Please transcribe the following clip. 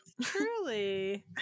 truly